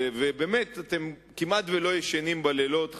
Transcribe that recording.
ובאמת אתם כמעט לא ישנים בלילות,